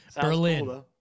Berlin